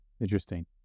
Interesting